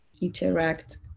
interact